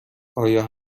آیا